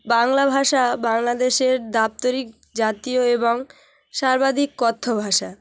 বাংলা ভাষা বাংলাদেশের দাপ্তরিক জাতীয় এবং সর্বাধিক কথ্য ভাষা